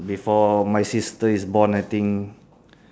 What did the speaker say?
before my sister is born I think